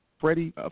Freddie